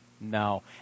No